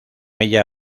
ella